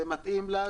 זה מתאים לה,